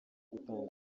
gutanga